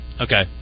Okay